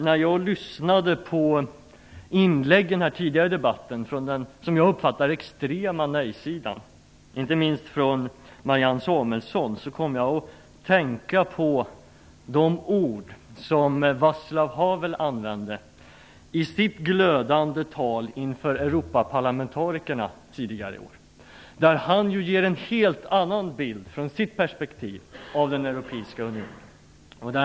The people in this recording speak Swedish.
När jag lyssnade på inläggen tidigare i debatten från den extrema nej-sidan - inte minst Marianne Samuelssons - kom jag att tänka på de ord som Václav Havel använde i sitt glödande tal inför Europaparlamentarikerna tidigare i år. Från sitt perspektiv ger han en helt annan bild av den europeiska unionen.